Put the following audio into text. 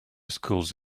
schools